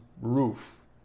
roof